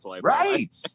Right